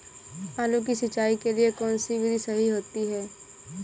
आलू की सिंचाई के लिए कौन सी विधि सही होती है?